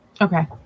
Okay